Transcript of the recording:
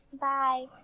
Bye